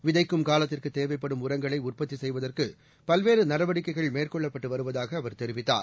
விதைக்கும் காலத்திற்குத் தேவைப்படும் உரங்களை உற்பத்தி செய்வதற்கு பல்வேறு நடவடிக்கைகள் மேற்கொள்ளப்பட்டு வருவதாக அவர் தெரிவித்தார்